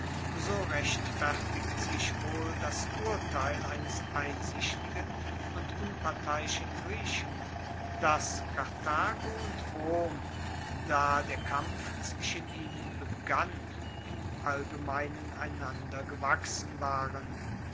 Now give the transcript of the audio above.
so rechtfertigt sich wohl das urteil eines einsichtigen und unparteiischen griechen dass karthago und rom da der kampf zwischen ihnen begann im allgemeinen einander gewachsen waren